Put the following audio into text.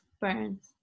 burns